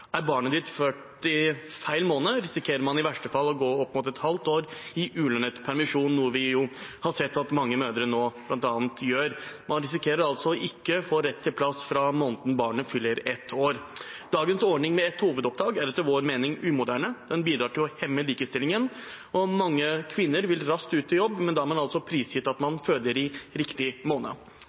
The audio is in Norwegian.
Er barnet ditt født i feil måned, risikerer man i verste fall å gå opp mot et halvt år i ulønnet permisjon, noe vi har sett at bl.a. mange mødre nå gjør. Man risikerer altså å ikke få rett til plass fra måneden barnet fyller ett år. Dagens ordning med ett hovedopptak er etter vår mening umoderne. Den bidrar til å hemme likestillingen. Mange kvinner vil raskt ut i jobb, men da er man altså prisgitt at man føder i riktig måned.